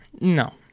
No